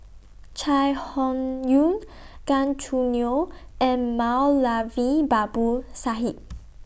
Chai Hon Yoong Gan Choo Neo and Moulavi Babu Sahib